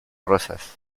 rosas